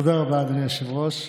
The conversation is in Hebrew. תודה רבה, אדוני היושב-ראש.